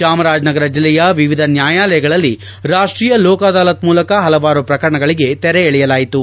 ಚಾಮರಾಜನಗರ ಜಿಲ್ಲೆಯ ವಿವಿಧ ನ್ಮಾಯಾಲಯಗಳಲ್ಲಿ ರಾಷ್ಷೀಯ ಲೋಕ ಅದಾಲತ್ ಮೂಲಕ ಪಲವಾರು ಪ್ರಕರಣಗಳಿಗೆ ತೆರೆ ಎಳೆಯಲಾಯಿತು